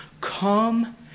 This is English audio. Come